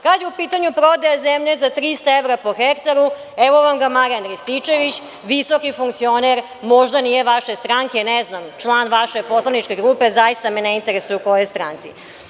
Kada je u pitanju prodaje zemlje za 300 evra po hektaru, evo vam ga Marijan Rističević, visoki funkcioner, možda nije vaše stranke, ne znam, član vaše poslaničke grupe, zaista me ne interesuje u kojoj je stranci.